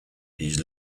his